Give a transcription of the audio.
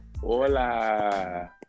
hola